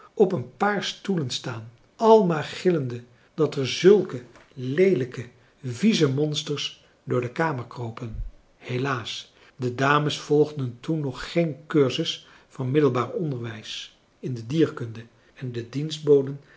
op een paar stoelen staan al maar gillende dat er zulke leelijke vieze monsters door de kamer kropen helaas de dames volgden toen nog geen cursus van middelbaar onderwijs in de dierkunde en de